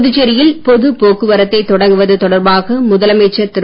புதுச்சேரியில் பொதுப் போக்குவரத்தை தொடங்குவது தொடர்பாக முதலமைச்சர் திரு